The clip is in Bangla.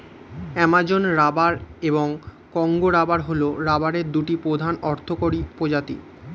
অ্যামাজন রাবার এবং কঙ্গো রাবার হল রাবারের দুটি প্রধান অর্থকরী প্রজাতি